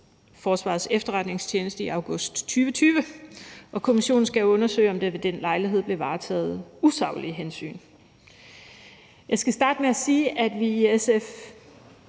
Forsvarets Efterretningstjeneste i august 2020. Kommissionen skal undersøge, om der ved den lejlighed blev varetaget usaglige hensyn. Jeg skal starte med at sige, at vi i SF